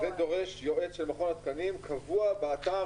וזה דורש יועץ של מכון התקנים קבוע, באתר?